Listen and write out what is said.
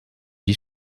die